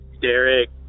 Derek